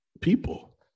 people